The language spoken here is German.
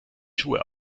schuhe